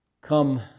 Come